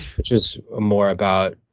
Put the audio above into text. which was ah more about